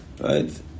right